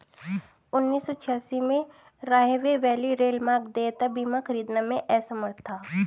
उन्नीस सौ छियासी में, राहवे वैली रेलमार्ग देयता बीमा खरीदने में असमर्थ था